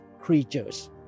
creatures